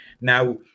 Now